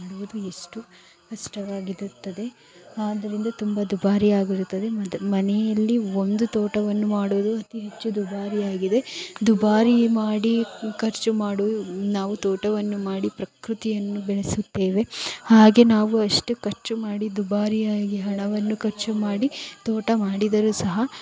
ಮಾಡುವುದು ಎಷ್ಟು ಕಷ್ಟವಾಗಿರುತ್ತದೆ ಆದ್ದರಿಂದ ತುಂಬ ದುಬಾರಿಯಾಗಿರುತ್ತದೆ ಮನೆಯಲ್ಲಿ ಒಂದು ತೋಟವನ್ನು ಮಾಡುವುದು ಅತಿ ಹೆಚ್ಚು ದುಬಾರಿಯಾಗಿದೆ ದುಬಾರಿ ಮಾಡಿ ಖರ್ಚು ಮಾಡು ನಾವು ತೋಟವನ್ನು ಮಾಡಿ ಪ್ರಕೃತಿಯನ್ನು ಬೆಳೆಸುತ್ತೇವೆ ಹಾಗೆ ನಾವು ಅಷ್ಟು ಖರ್ಚು ಮಾಡಿ ದುಬಾರಿಯಾಗಿ ಹಣವನ್ನು ಖರ್ಚು ಮಾಡಿ ತೋಟ ಮಾಡಿದರೂ ಸಹ